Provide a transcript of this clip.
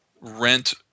rent